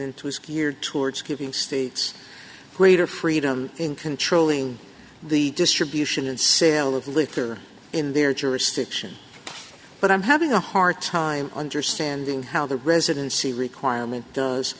was geared towards giving states greater freedom in controlling the distribution and sale of liquor in their jurisdiction but i'm having a hard time understanding how the residency requirement does